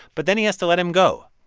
but then he has to let him go.